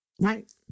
Right